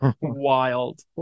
Wild